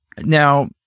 now